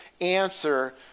answer